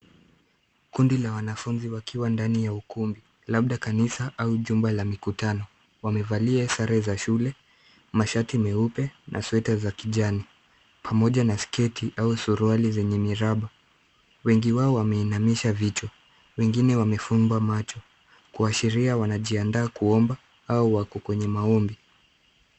Kundi la wanafunzi wakiwa ndani ya ukumbi labda kanisa au jumba la mikutano, wamevalia sare za shule, mashati meupe na sweta za kijani, pamoja na sketi au suruali zenye miraba. Wengi wao wameinamisha vichwa, wengine wamefumba macho kuashiria wanajiandaa kuomba au wako kwenye maombi.